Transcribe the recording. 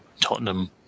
Tottenham